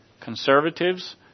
conservatives